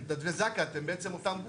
אתם מתנדבי זק"א, אתם בעצם אותם גוף.